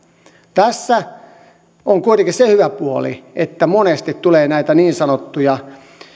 tässä on kuitenkin se hyvä puoli että monesti tulee näitä niin sanottuja